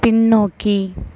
பின்னோக்கி